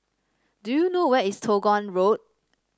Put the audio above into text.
do you know where is Toh Guan Road